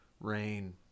rain